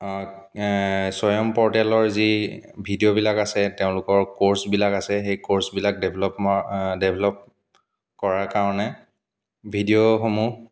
স্বয়ম পৰ্টেলৰ যি ভিডিঅ'বিলাক আছে তেওঁলোকৰ ক'ৰ্ছবিলাক আছে সেই ক'ৰ্ছবিলাক ডেভেল'প ডেভেল'প কৰাৰ কাৰণে ভিডিঅ'সমূহ